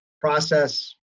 process